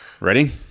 Ready